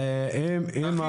סגן השר ממהר, לא להפריע לו.